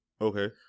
okay